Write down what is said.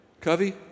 Covey